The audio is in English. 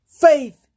Faith